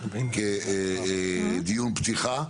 אני רואה אותו כדיון פתיחה.